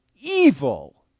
evil